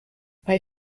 bei